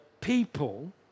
people